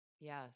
Yes